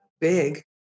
big